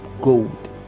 gold